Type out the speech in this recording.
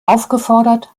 aufgefordert